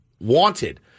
wanted